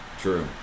true